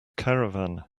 caravan